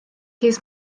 his